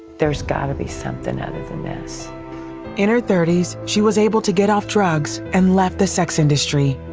there's got to be something other than this. reporter in her thirty s, she was able to get off drugs and left the sex industry.